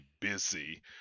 busy